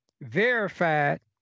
verified